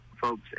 folks